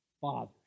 father's